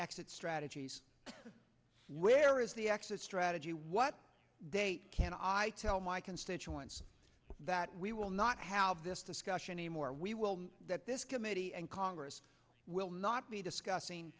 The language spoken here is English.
exit strategies where is the exit strategy what date can i tell my constituents that we will not have this discussion a more we will know that this committee and congress will not be discussing